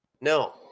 No